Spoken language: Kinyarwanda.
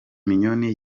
mignone